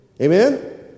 Amen